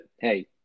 hey